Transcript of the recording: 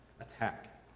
attack